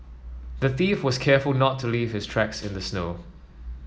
the thief was careful not to leave his tracks in the snow